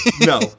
no